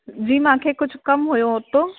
जी मूंखे कुझु कमु हुओ हुतां